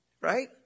Right